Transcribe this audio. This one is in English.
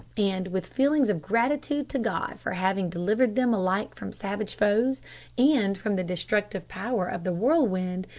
and, with feelings of gratitude to god for having delivered them alike from savage foes and from the destructive power of the whirlwind,